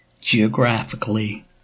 geographically